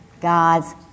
God's